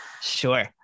Sure